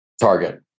target